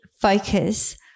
focus